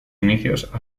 inicios